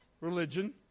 religion